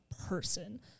person